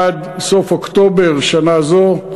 עד סוף אוקטובר שנה זו.